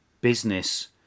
business